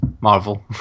Marvel